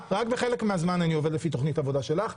רק בחלק מהזמן אני עובד לפי תוכנית העבודה שלך.